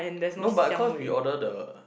no but cause we order the